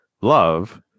love